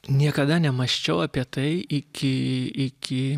niekada nemąsčiau apie tai iki iki